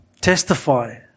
testify